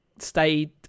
stayed